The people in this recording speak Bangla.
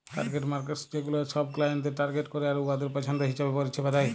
টার্গেট মার্কেটস ছেগুলা ছব ক্লায়েন্টদের টার্গেট ক্যরে আর উয়াদের পছল্দ হিঁছাবে পরিছেবা দেয়